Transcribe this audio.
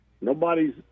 Nobody's